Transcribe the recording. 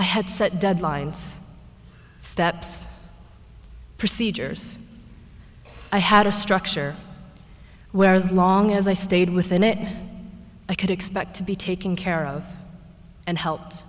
i had set deadlines steps procedures i had a structure where as long as i stayed with the net i could expect to be taken care of and help